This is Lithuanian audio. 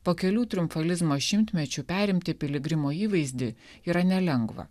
po kelių triumfalizmo šimtmečių perimti piligrimo įvaizdį yra nelengva